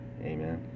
Amen